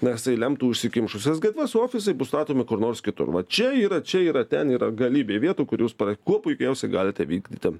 nes tai lemtų užsikimšusias gatves o ofisai bus statomi kur nors kitur va čia yra čia yra ten yra galybė vietų kur jūs kuo puikiausiai galite vykdyti